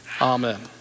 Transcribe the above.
amen